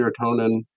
serotonin